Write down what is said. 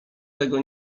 tego